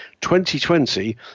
2020